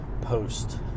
post